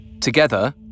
Together